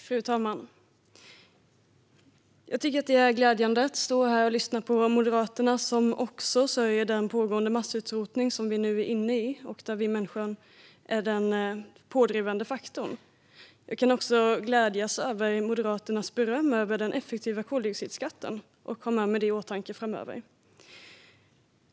Fru talman! Det är glädjande att lyssna på Moderaterna, som också sörjer den pågående massutrotningen, där vi människor är den pådrivande faktorn. Jag kan också glädjas åt Moderaternas beröm över den effektiva koldioxidskatten och ha det i åtanke framöver.